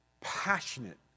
passionate